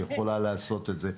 היא יכולה לעשות את זה.